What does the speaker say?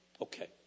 Okay